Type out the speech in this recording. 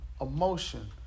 emotion